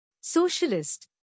socialist